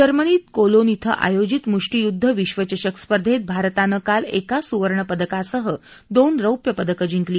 जर्मनीत कोलोन इथं आयोजित मुष्टियुद्ध विश्वचषक स्पर्धेत भारतानं काल एका सुवर्णपदकासह दोन रौप्य पदकं जिंकली